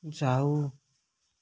जाऊ